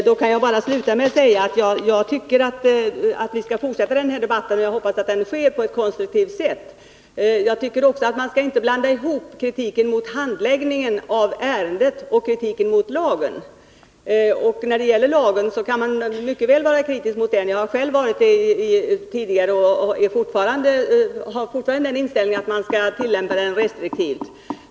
Jag kan bara sluta med att säga att jag tycker att vi skall fortsätta den här debatten. Och jag hoppas att debatten skall föras på ett konstruktivt sätt. Man skall inte blanda ihop kritiken mot handläggningen av det här ärendet och kritiken mot lagen. Man kan mycket väl vara kritisk mot lagen — jag har själv varit det tidigare. Jag har fortfarande den inställningen att den skall tillämpas restriktivt.